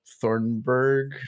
Thornburg